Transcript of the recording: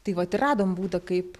tai vat ir radom būdą kaip